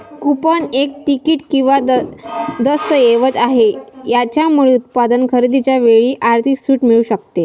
coupon एक तिकीट किंवा दस्तऐवज आहे, याच्यामुळे उत्पादन खरेदीच्या वेळी आर्थिक सूट मिळू शकते